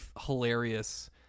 hilarious